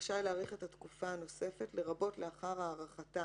רשאי להאריך את התקופה הנוספת לרבות לאחר הארכתה